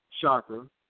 chakra